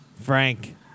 frank